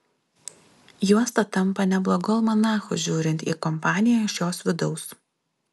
juosta tampa neblogu almanachu žiūrint į kompaniją iš jos vidaus